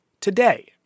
today